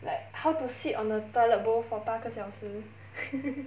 like how to sit on a toilet bowl for 八个小时